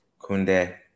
Kunde